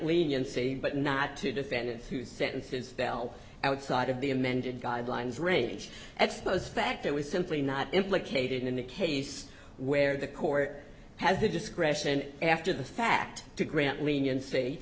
leniency but not to defendants who sentences well outside of the amended guidelines range expose fact it was simply not implicated in the case where the court has the discretion after the fact to grant leniency